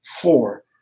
four